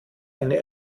eine